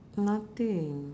nothing